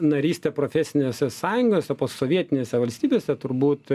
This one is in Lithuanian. narystę profesinėse sąjungose posovietinėse valstybėse turbūt